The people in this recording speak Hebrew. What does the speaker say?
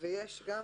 יש גם